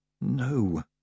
No